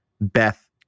Beth